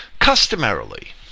Customarily